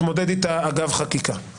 נתמודד איתה אגב חקיקה.